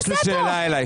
יש לי שאלה אליך.